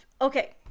Okay